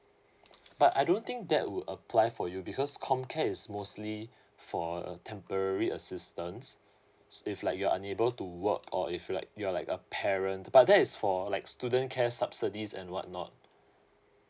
but I don't think that would apply for you because COMCARE is mostly for a temporary assistance s~ if like you're unable to work or if like you're like a parent but that is for like student care subsidies and what not